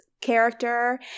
character